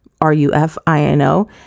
R-U-F-I-N-O